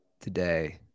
today